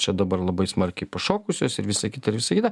čia dabar labai smarkiai pašokusios ir visa kita ir visa kita